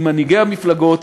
עם מנהיגי המפלגות,